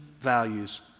values